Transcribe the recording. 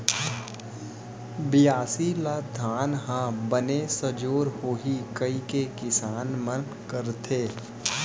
बियासी ल धान ह बने सजोर होही कइके किसान मन करथे